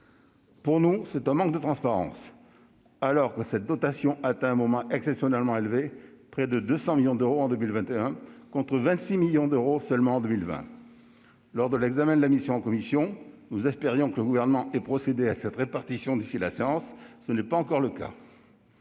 Pour nous, c'est un manque de transparence alors que cette dotation atteint un montant exceptionnellement élevé : près de 200 millions d'euros en 2021, contre 26 millions d'euros seulement en 2020. Lors de l'examen des crédits de la mission en commission, nous espérions que le Gouvernement procéderait à cette répartition d'ici à la séance, mais tel n'a pas été le cas.